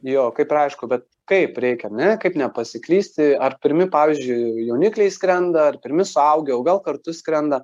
jo kaip ir aišku bet kaip reikia ar ne kaip nepasiklysti ar pirmi pavyzdžiui jaunikliai skrenda ar pirmi suaugę o gal kartu skrenda